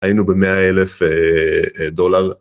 היינו במאה אלף דולר.